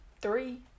three